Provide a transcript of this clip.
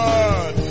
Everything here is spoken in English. God